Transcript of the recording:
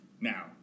Now